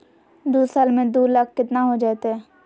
दू साल में दू लाख केतना हो जयते?